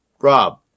rob